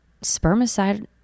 spermicide